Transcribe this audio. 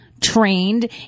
Trained